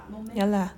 yeah lah